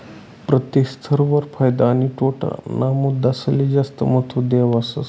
प्रत्येक स्तर वर फायदा आणि तोटा ना मुद्दासले जास्त महत्व देवावस